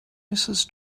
mrs